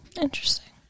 interesting